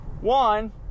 one